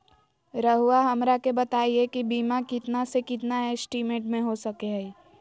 रहुआ हमरा के बताइए के बीमा कितना से कितना एस्टीमेट में हो सके ला?